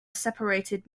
separated